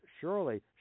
Surely